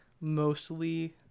mostly